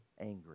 angry